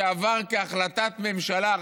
שעבר כהחלטת ממשלה,